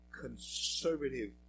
conservative